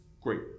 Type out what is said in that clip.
great